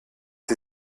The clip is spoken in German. sie